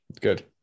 Good